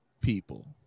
people